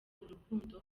urukundo